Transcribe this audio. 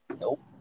Nope